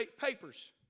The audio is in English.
papers